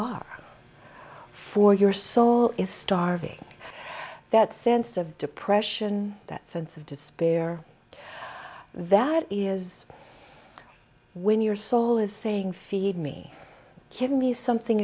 are for your soul is starving that sense of depression that sense of despair that is when your soul is saying feed me give me something